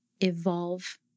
evolve